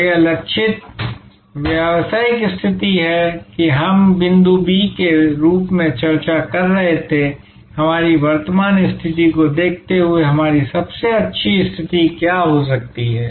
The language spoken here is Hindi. तो यह लक्षित व्यावसायिक स्थिति है कि हम इस बिंदु बी के रूप में चर्चा कर रहे थे कि हमारी वर्तमान स्थिति को देखते हुए हमारी सबसे अच्छी स्थिति क्या हो सकती है